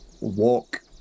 walk